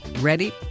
Ready